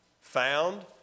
found